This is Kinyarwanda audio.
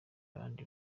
abandi